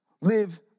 live